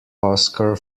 oscar